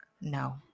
no